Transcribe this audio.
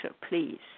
please